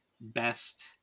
best